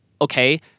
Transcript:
Okay